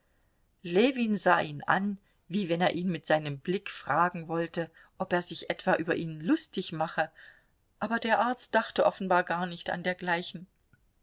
sah ihn an wie wenn er ihn mit seinem blick fragen wollte ob er sich etwa über ihn lustig mache aber der arzt dachte offenbar gar nicht an dergleichen